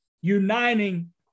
uniting